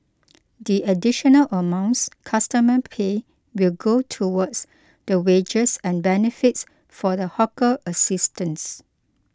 the additional amounts customer pay will go towards the wages and benefits for the hawker assistants